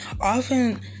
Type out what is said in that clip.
Often